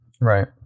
right